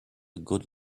good